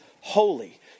holy